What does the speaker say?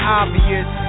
obvious